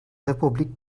republik